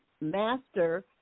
master